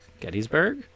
Gettysburg